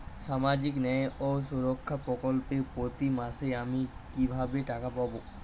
সামাজিক ন্যায় ও সুরক্ষা প্রকল্পে প্রতি মাসে আমি কিভাবে টাকা পাবো?